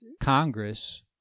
Congress